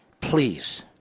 please